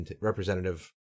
representative